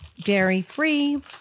dairy-free